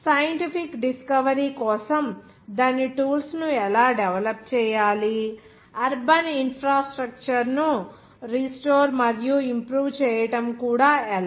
scientific discovery కోసం దాని tools ను ఎలా డెవలప్ చేయాలి అర్బన్ ఇన్ఫ్రాస్ట్రక్చర్ ను రిస్టోర్ మరియు ఇంప్రూవ్ చేయడం కూడా ఎలా